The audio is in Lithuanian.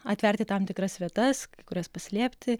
atverti tam tikras vietas kurias paslėpti